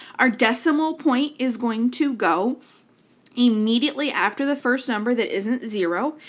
our decimal point is going to go immediately after the first number that isn't zero.